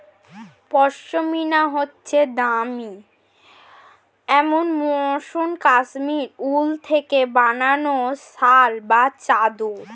পশমিনা হচ্ছে দামি এবং মসৃন কাশ্মীরি উল থেকে বানানো শাল বা চাদর